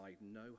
no